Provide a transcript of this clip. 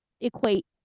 equate